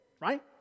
right